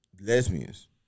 lesbians